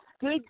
good